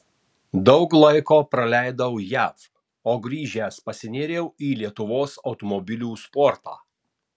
daug laiko praleidau jav o grįžęs pasinėriau į lietuvos automobilių sportą